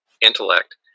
intellect